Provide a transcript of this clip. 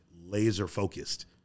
laser-focused